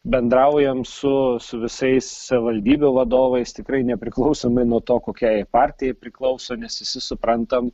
bendraujam su su visais savivaldybių vadovais tikrai nepriklausomai nuo to kokiai partijai priklauso nes visi suprantam